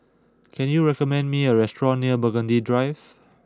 can you recommend me a restaurant near Burgundy Drive